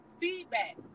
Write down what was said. feedback